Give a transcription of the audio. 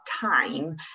time